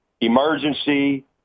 Emergency